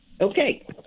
okay